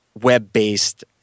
web-based